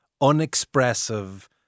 unexpressive